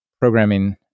programming